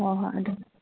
ꯍꯣꯏ ꯍꯣꯏ ꯑꯗꯨꯗꯤ